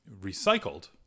recycled